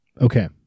Okay